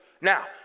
Now